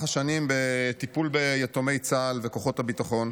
השנים בטיפול ביתומי צה"ל וכוחות הביטחון.